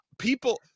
People